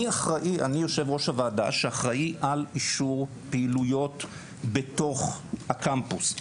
אני יושב ראש הוועדה שאחראי על אישור פעילויות בתוך הקמפוס.